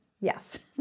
Yes